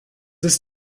ist